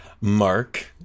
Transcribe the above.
Mark